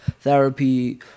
therapy